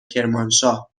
کرمانشاه